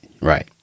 right